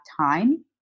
time